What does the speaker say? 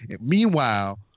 Meanwhile